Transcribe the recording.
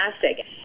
fantastic